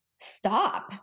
stop